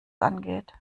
angeht